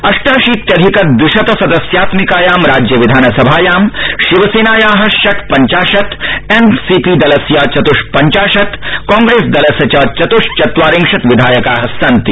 अष्टाशीत्यधिक दृविशत सदस्यात्मिकायां राज्य विधान सभायां शिवसेनाया षट् पञ्चाशत् एन्सीपी दलस्य चत्ष्पञ्चाशत् कांग्रेस् दलस्य च चत्श्चत्वारिशत् विधायका सन्ति